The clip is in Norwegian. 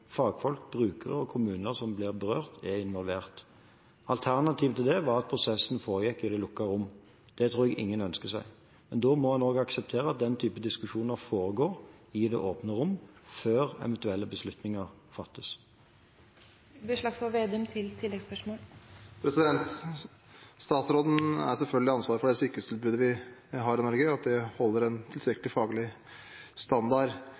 fagfolk, brukere og kommuner som blir berørt, er involvert. Alternativet er at prosessen foregår i det lukkede rom. Det tror jeg ingen ønsker seg, men da må en også akseptere at den type diskusjoner foregår i det åpne rom, før eventuelle beslutninger fattes. Statsråden er selvfølgelig ansvarlig for at det sykehustilbudet vi har i Norge, holder en tilstrekkelig faglig standard. Noe av det